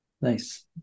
nice